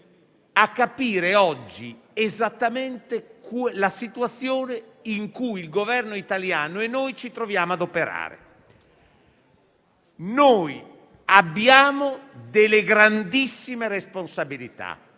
a capire oggi esattamente la situazione in cui il Governo italiano e noi ci troviamo ad operare. Noi abbiamo delle grandissime responsabilità